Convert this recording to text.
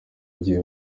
agiye